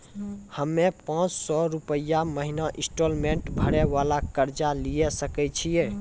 हम्मय पांच सौ रुपिया महीना इंस्टॉलमेंट भरे वाला कर्जा लिये सकय छियै?